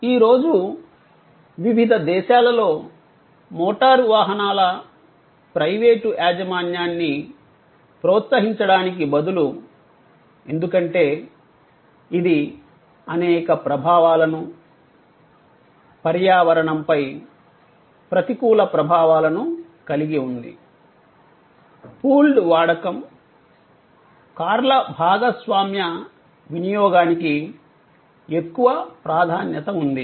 ఈ రోజు వివిధ దేశాలలో మోటారు వాహనాల ప్రైవేటు యాజమాన్యాన్ని ప్రోత్సహించడానికి బదులు ఎందుకంటే ఇది అనేక ప్రభావాలను పర్యావరణంపై ప్రతికూల ప్రభావాలను కలిగి ఉంది పూల్డ్ వాడకం కార్ల భాగస్వామ్య వినియోగానికి ఎక్కువ ప్రాధాన్యత ఉంది